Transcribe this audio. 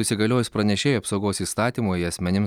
įsigaliojus pranešėjų apsaugos įstatymui asmenims